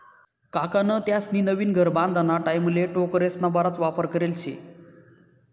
काकान त्यास्नी नवीन घर बांधाना टाईमले टोकरेस्ना बराच वापर करेल शे